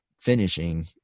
finishing